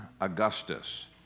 Augustus